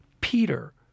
Peter